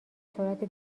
سرعت